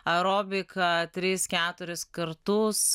aerobika tris keturis kartus